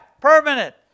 permanent